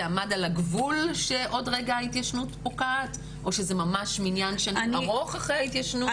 עמד על הגבול שעוד רגע ההתיישנות פוקעת או שזה זמן ארוך אחרי ההתיישנות,